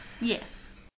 Yes